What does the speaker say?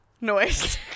noise